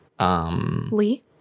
Lee